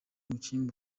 umukinnyi